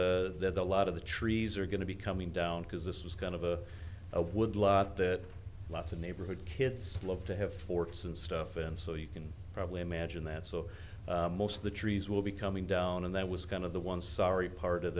that that a lot of the trees are going to be coming down because this was kind of a wood lot that lots of neighborhood kids love to have forts and stuff and so you can probably imagine that so most of the trees will be coming down and that was kind of the one sorry part of